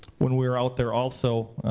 when we were out there also,